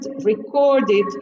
recorded